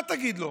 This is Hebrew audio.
מה תגיד לו?